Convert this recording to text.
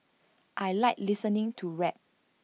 I Like listening to rap